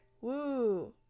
Woo